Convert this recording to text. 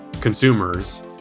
consumers